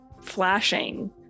flashing